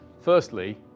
Firstly